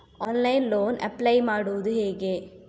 Online loan apply ಮಾಡುವುದು ಹೇಗೆ?